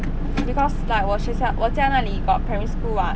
because like 我学校我家那里 got primary school [what]